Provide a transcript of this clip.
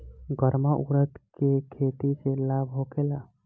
गर्मा उरद के खेती से लाभ होखे ला?